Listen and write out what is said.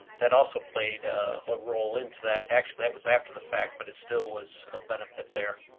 that also played a role into that. actually, that was after the fact, but it still was a benefit there.